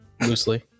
loosely